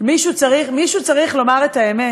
מישהו צריך לומר את האמת,